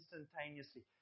instantaneously